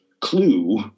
clue